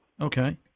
Okay